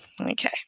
Okay